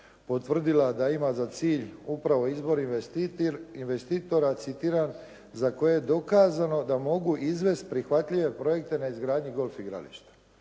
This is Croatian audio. potvrdila da ima za cilj upravo izbor investitora, citiram: "za koje je dokazano da mogu izvesti prihvatljive projekte na izgradnji golf igrališta."